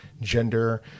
gender